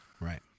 Right